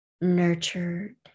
nurtured